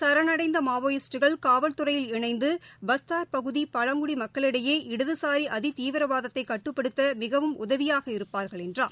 சரணமடைந்த மாவோயிஸ்ட்டுகள் காவல்துறையில் இணைந்து பஸ்தார் பகுதி பழங்குடி மக்களிடையே இடதுசாரி அதி தீவிரவாதத்தை கட்டுப்படுத்த மிகவும் உதவியாக இருப்பார்கள் என்றார்